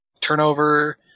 turnover